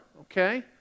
okay